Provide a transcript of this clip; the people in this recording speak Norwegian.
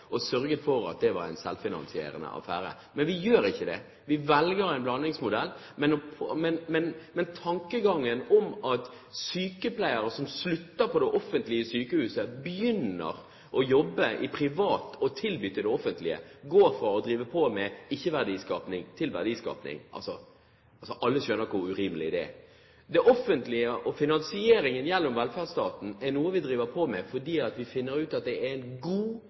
å sørge for at 100 pst. statlig drift i Norge var en selvfinansierende affære. Men vi gjør ikke det. Vi velger en blandingsmodell. Ta den tankegangen at sykepleiere slutter på offentlige sykehus og begynner å jobbe privat, altså går fra ikke å drive med verdiskaping til å drive med verdiskaping – alle skjønner jo hvor urimelig det er. Det offentlige og finansieringen gjennom velferdsstaten er noe vi driver med fordi vi finner ut at det er en god,